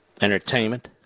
entertainment